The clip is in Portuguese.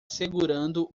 segurando